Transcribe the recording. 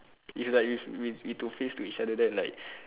if like if we need to face each other then like